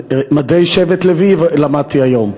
מדי שבט לוי, למדתי היום.